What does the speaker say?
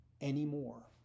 anymore